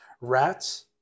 Rats